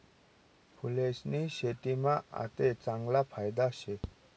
फूलेस्नी शेतीमा आते चांगला फायदा शे